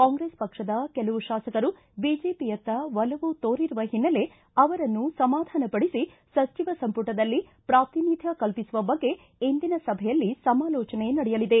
ಕಾಂಗ್ರೆಸ್ ಪಕ್ಷದ ಕೆಲವು ಶಾಸಕರು ಬಿಜೆಪಿಯತ್ತ ಒಲವು ತೋರಿರುವ ಹಿನ್ನೆಲೆ ಅವರನ್ನು ಸಮಾಧಾನಪಡಿಸಿ ಸಚಿವ ಸಂಪುಟದಲ್ಲಿ ಪ್ರಾತಿನಿಧ್ದ ಕಲ್ಪಿಸುವ ಬಗ್ಗೆ ಇಂದಿನ ಸಭೆಯಲ್ಲಿ ಸಮಾಲೋಚನೆ ನಡೆಯಲಿದೆ